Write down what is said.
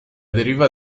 deriva